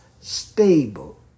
stable